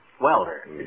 Welder